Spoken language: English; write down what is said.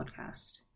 podcast